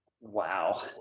Wow